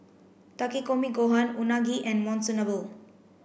Takikomi Gohan Unagi and Monsunabe